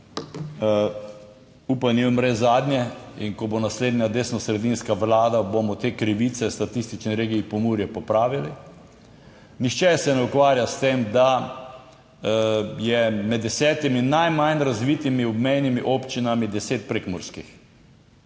upanje umre zadnje. In ko bo naslednja desnosredinska vlada, bomo te krivice statistični regiji Pomurje popravili. Nihče se ne ukvarja s tem, da je med desetimi najmanj razvitimi obmejnimi občinami deset prekmurskih.